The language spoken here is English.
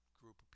group